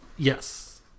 Yes